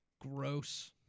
Gross